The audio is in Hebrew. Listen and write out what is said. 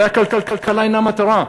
הרי הכלכלה אינה מטרה,